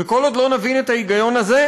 וכל עוד לא נבין את ההיגיון הזה,